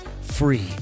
free